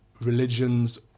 religions